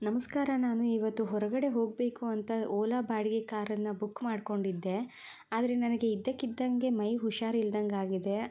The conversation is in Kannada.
ನಮಸ್ಕಾರ ನಾನು ಇವತ್ತು ಹೊರಗಡೆ ಹೋಗಬೇಕು ಅಂತ ಓಲಾ ಬಾಡಿಗೆ ಕಾರನ್ನು ಬುಕ್ ಮಾಡಿಕೊಂಡಿದ್ದೆ ಆದರೆ ನನಗೆ ಇದ್ದಕ್ಕಿದಂತೆ ಇದ್ದಕ್ಕಿದ್ದಂತೆ ಮೈ ಹುಷಾರಿಲ್ದಂಗೆ ಆಗಿದೆ